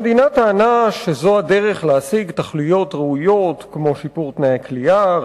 המדינה טענה שזו הדרך להשיג תכליות ראויות כמו שיפור תנאי הכליאה,